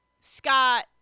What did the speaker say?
scott